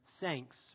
thanks